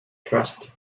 trust